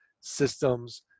systems